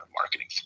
marketing